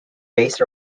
based